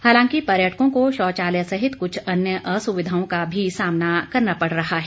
हालांकि पर्यटकों को शौचालय सहित कुछ अन्य असुविधाओं का भी सामना करना पड़ रहा है